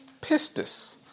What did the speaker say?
pistis